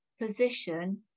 position